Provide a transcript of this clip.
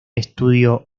estudio